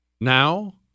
Now